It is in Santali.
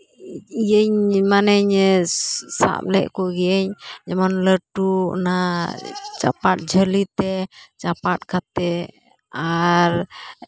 ᱤᱭᱟᱹᱧ ᱢᱟᱱᱮᱧ ᱥᱟᱵ ᱞᱮᱫ ᱠᱚᱜᱮᱭᱟᱹᱧ ᱡᱮᱢᱚᱱ ᱞᱟᱹᱴᱩ ᱚᱱᱟ ᱪᱟᱯᱟᱫ ᱡᱷᱟᱹᱞᱤ ᱛᱮ ᱪᱟᱯᱟᱫ ᱠᱟᱛᱮ ᱟᱨ